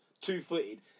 two-footed